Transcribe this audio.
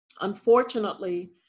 Unfortunately